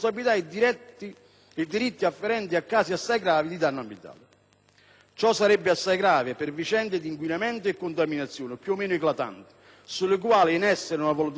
e diritti afferenti a casi assai gravi di danno ambientale. Ciò sarebbe assai grave per vicende di inquinamento e contaminazione più o meno eclatanti, sulle quali è in essere una valutazione della magistratura,